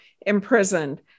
imprisoned